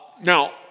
Now